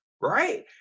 right